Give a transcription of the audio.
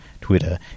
Twitter